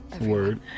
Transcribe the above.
Word